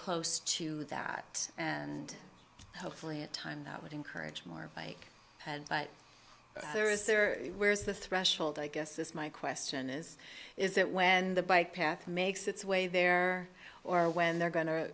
close to that and hopefully a time that would encourage more bike but there is there where is the threshold i guess this my question is is that when the bike path makes its way there or when they're going to